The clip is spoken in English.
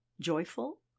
Joyful